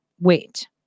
Wait